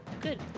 Good